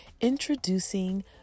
introducing